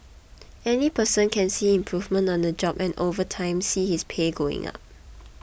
any person can see improvement on the job and over time see his pay going up